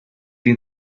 you